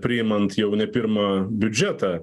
priimant jau ne pirmą biudžetą